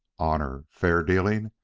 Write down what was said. honor! fair dealing!